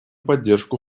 поддержку